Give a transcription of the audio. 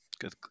Good